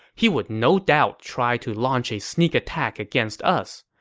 he would no doubt try to launch a sneak attack against us.